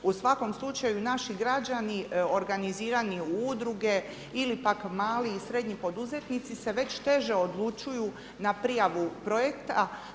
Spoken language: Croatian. U svakom slučaju naši građani organizirani u udruge, ili pak mali i srednji poduzetnici se već teže odlučuju na prijavu projekta.